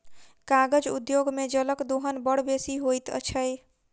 कागज उद्योग मे जलक दोहन बड़ बेसी होइत छै